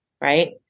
right